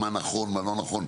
מה נכון ומה לא נכון,